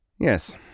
Yes